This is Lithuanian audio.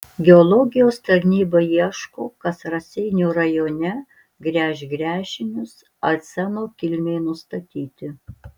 geologijos tarnyba ieško kas raseinių rajone gręš gręžinius arseno kilmei nustatyti